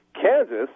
Kansas